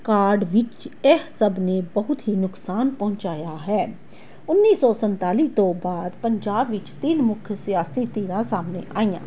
card ਵਿੱਚ ਇਹ ਸਭ ਨੇ ਬਹੁਤ ਹੀ ਨੁਕਸਾਨ ਪਹੁੰਚਾਇਆ ਹੈ ਉੱਨੀ ਸੌ ਸੰਤਾਲੀ ਤੋਂ ਬਾਅਦ ਪੰਜਾਬ ਵਿੱਚ ਤਿੰਨ ਮੁੱਖ ਸਿਆਸੀ ਧਿਰਾਂ ਸਾਹਮਣੇ ਆਈਆਂ